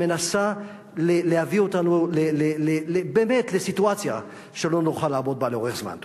שמנסה להביא אותנו באמת לסיטואציה שלא נוכל לעמוד בה לאורך זמן.